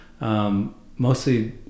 Mostly